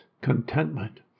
contentment